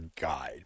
guide